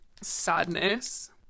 sadness